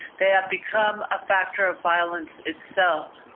they have become a factor of violence itself.